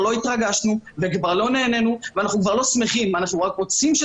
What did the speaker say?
לגבי הנתונים שביקשתם על אירועים וחתונות זה לא רק חתונות,